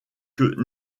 que